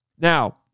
Now